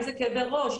אם זה כאבי ראש,